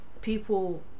people